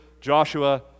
Joshua